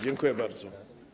Dziękuję bardzo.